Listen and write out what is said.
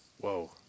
Whoa